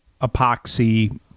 epoxy